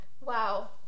wow